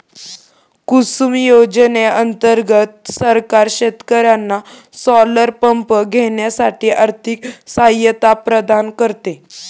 कुसुम योजने अंतर्गत सरकार शेतकर्यांना सोलर पंप घेण्यासाठी आर्थिक सहायता प्रदान करते